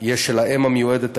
יהיה של האם המיועדת היחידה.